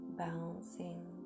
balancing